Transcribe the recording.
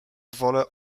wolę